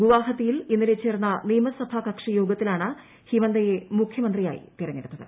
ഗുവാഹത്തിയിൽ ഇന്നലെ ചേർന്ന നിയമസഭാ യോഗത്തിലാണ് ഹിമന്തയെ മുഖ്യമന്ത്രിയായി കക്ഷി തെരഞ്ഞെടുത്തത്